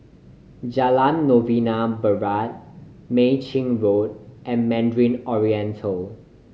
Jalan Novena Barat Mei Chin Road and Mandarin Oriental